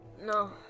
No